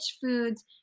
foods